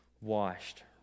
washed